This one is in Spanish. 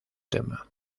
tema